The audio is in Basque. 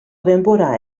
denbora